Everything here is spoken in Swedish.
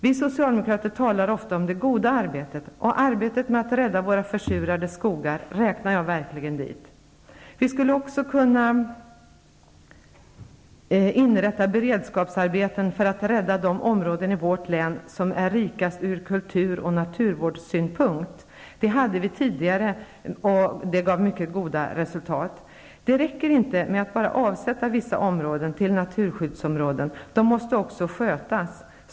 Vi socialdemokrater talar ofta om det goda arbetet, och arbetet med att rädda våra försurade skogar räknar jag verkligen dit. Vi skulle också kunna inrätta beredskapsarbeten för att rädda de områden i vårt län som är rikast ur kultur och naturvårdsynpunkt. Det fanns tidigare sådana arbeten, och de gav mycket goda resultat. Det räcker inte bara med att sätta av vissa områden till naturskyddsområden. De måste också skötas.